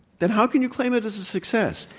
then how can you claim it as a success?